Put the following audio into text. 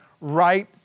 right